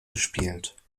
gespielt